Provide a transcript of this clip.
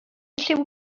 lliw